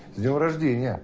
your ah tea, and yeah